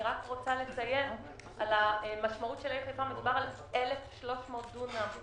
אני מציינת שמדובר ב-1,300 דונם.